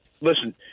listen